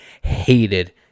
hated